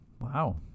Wow